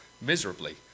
miserably